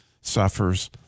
suffers